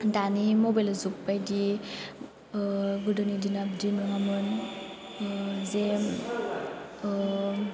दानि मबाइल जुग बायदि गोदोनि दिना बिदि नङामोन जे